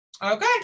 okay